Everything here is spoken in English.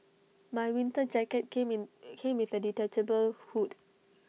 my winter jacket came in came with A detachable hood